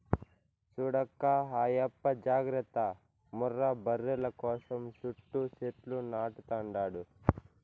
చూడక్కా ఆయప్ప జాగర్త ముర్రా బర్రెల కోసం సుట్టూ సెట్లు నాటతండాడు